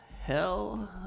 hell